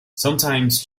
sometimes